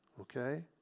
Okay